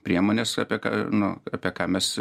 priemonės apie nu apie ką mes